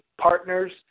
partners